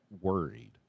worried